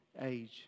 age